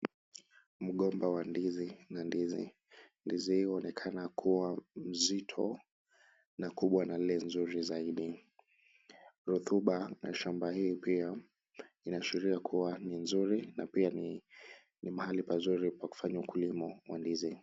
Mgomba wa ndizi na ndizi. Ndizi hii huonekana kuwa nzito na kuwa na ile nzuri zaidi, Rotuba ya shamba hii inaashiria pia kuwa ni nzuri na pia ni mahali pazuri pa kufanya ukulima wa ndizi.